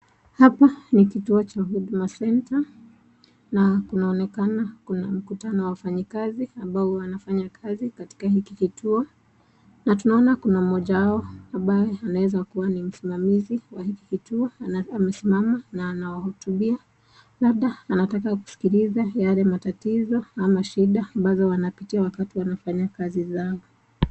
Hapa ni kituo cha huduma center, na kunaonekana kuna mkutanao wa wafanya kazi ambao wanafanya kazi katika hiki kituo, na tunaona mmoja wao ambaye anaweza kuwa ni msimamizi wa hiki kituo, na amesimama na anahutubia, labda anataka kusikiliza yake matatizo ama shida ambazo wanapitia wakifanya kazi zao.